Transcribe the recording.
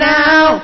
now